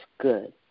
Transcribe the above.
good